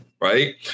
Right